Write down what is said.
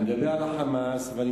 אני אומר מה שה"חמאס" אומר על,